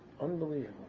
Unbelievable